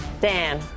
Dan